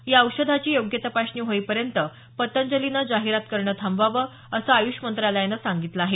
या औषधाची योग्य तपासणी होईपर्यंत पतंजलीनं जाहीरात करणं थांबवावं असं आय्ष मंत्रालयानं सांगितलं आहे